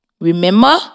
Remember